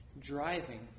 driving